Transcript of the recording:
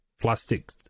plastic